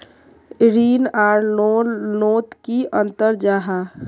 ऋण आर लोन नोत की अंतर जाहा?